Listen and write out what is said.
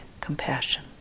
compassion